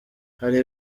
hari